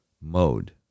mode